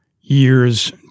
years